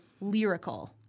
lyrical